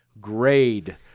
grade